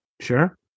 Sure